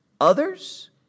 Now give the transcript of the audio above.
others